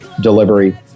delivery